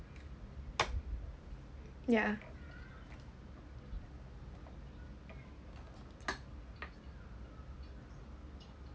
yeah